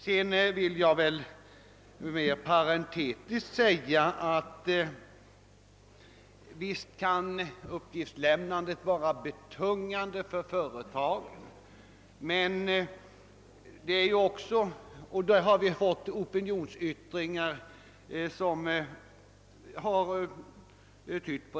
|:: Sedan vill jag mera parentetiskt säga att visst kan uppgiftsläminandet vara betungande för företag, vilket också opinionsyttringar har tytt på.